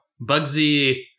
Bugsy